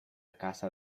casa